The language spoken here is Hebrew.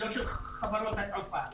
לא של חברות התעופה.